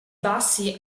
bassi